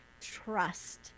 trust